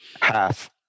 half